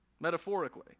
Metaphorically